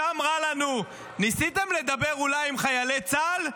שם רע לנו, ניסיתם לדבר אולי עם חיילי צה"ל?